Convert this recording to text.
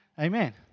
Amen